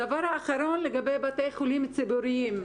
הדבר האחרון - לגבי בתי חולים ציבוריים.